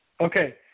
Okay